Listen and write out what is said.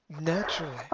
naturally